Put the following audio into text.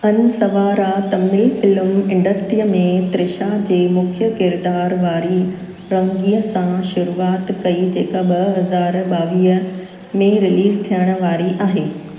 अनसवारा Tamil film इंडस्टीअ में त्रिशा जे मुख्य किरदार वारी रंगीअ सां शुरुआत कई जेका ॿ हज़ार ॿावीह में रिलीज़ थियण वारी आहे